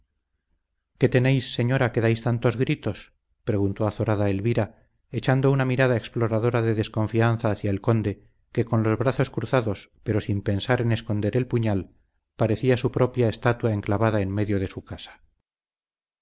qué tenéis señora que dais tantos gritos preguntó azorada elvira echando una mirada exploradora de desconfianza hacia el conde que con los brazos cruzados pero sin pensar en esconder el puñal parecía su propia estatua enclavada en medio de su casa